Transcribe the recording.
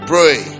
Pray